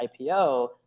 IPO